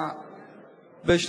חבר